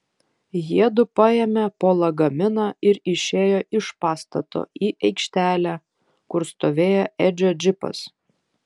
jiedu paėmė po lagaminą ir išėjo iš pastato į aikštelę kur stovėjo edžio džipas